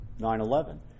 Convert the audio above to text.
9-11